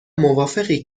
موافقی